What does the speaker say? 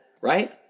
right